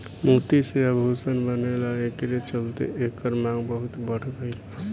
मोती से आभूषण बनेला एकरे चलते एकर मांग बहुत बढ़ गईल बा